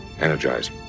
Energize